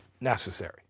necessary